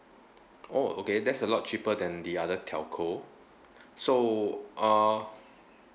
oh okay that's a lot cheaper than the other telco so uh